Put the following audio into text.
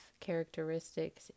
characteristics